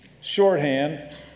shorthand